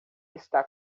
está